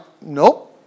nope